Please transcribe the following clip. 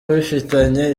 bifitanye